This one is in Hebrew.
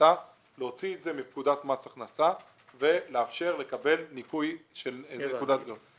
ההחלטה להוציא את זה מפקודת מס הכנסה ולאפשר לקבל ניכוי של נקודה.